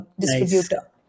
distributor